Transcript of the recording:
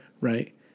Right